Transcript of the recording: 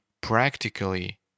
practically